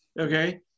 okay